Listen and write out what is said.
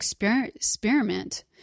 experiment